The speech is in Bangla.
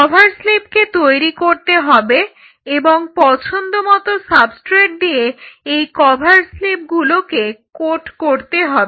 কভার স্লিপগুলোকে তৈরি করতে হবে এবং পছন্দমতো সাবস্ট্রেট দিয়ে এই কভার স্লিপগুলোকে কোট করতে হবে